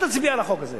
אל תצביע על החוק הזה.